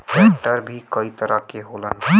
tractor भी कई तरह के होलन